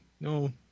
no